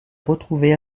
retrouvés